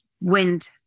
wind